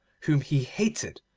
whom he hated,